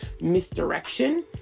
misdirection